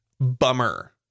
bummer